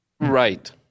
Right